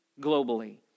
globally